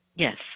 Yes